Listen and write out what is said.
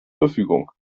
verfügung